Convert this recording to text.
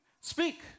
speak